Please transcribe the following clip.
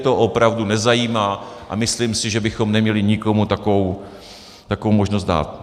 Mě to opravdu nezajímá a myslím si, že bychom neměli nikomu takovou možnost dát.